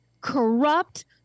corrupt